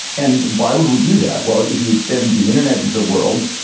and why would we do that? well, if you extend the internet into the world,